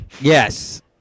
Yes